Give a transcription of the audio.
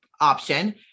option